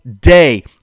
day